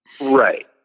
Right